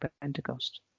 Pentecost